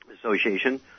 Association